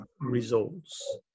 results